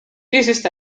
ist